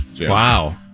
wow